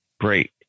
Great